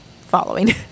following